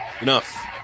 Enough